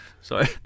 Sorry